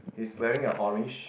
is wearing a orange